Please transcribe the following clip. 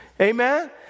Amen